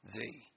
thee